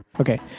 Okay